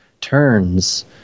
turns